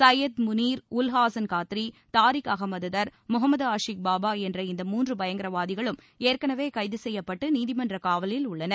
சையீத் முனீர் உல் ஹாசன் காத்ரி தாரிக் அகமது தர் முகமது ஆஷிக் பாபா என்ற இந்த மூன்று பயங்கரவாதிகளும் ஏற்கெனவே கைது செய்யப்பட்டு நீதிமன்ற காவலில் உள்ளனர்